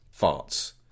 farts